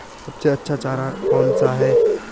सबसे अच्छा चारा कौन सा है?